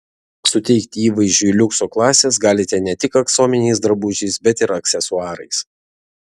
suteikti įvaizdžiui liukso klasės galite ne tik aksominiais drabužiais bet ir aksesuarais